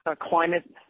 climate